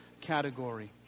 category